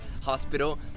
Hospital